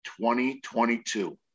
2022